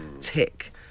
tick